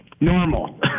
Normal